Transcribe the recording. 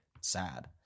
sad